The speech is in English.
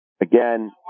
again